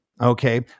Okay